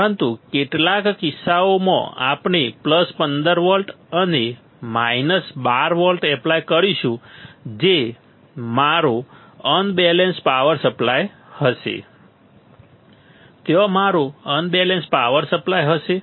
પરંતુ કેટલાક કિસ્સાઓમાં આપણે પ્લસ 15 વોલ્ટ અને માઇનસ 12 વોલ્ટ એપ્લાય કરીશું જે મારો અનબેલેન્સ પાવર સપ્લાય હશે ત્યાં મારો અનબેલેન્સ પાવર સપ્લાય હશે